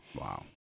wow